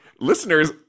listeners